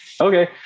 Okay